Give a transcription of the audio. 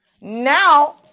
now